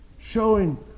showing